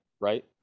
right